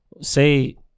say